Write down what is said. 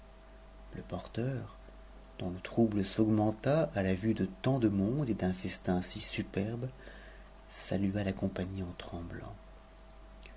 le porteur dont le trouble s'augmenta à la vue de tant de monde et d'un festin si superbe salua la compagnie en tremblant